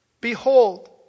Behold